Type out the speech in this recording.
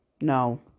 No